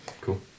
Cool